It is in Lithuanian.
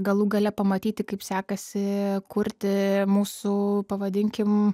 galų gale pamatyti kaip sekasi kurti mūsų pavadinkim